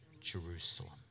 Jerusalem